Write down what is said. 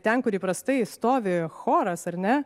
ten kur įprastai stovi choras ar ne